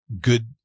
good